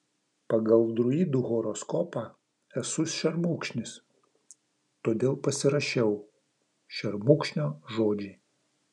pagal druidų horoskopą esu šermukšnis todėl pasirašiau šermukšnio žodžiai